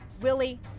Willie